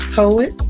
poet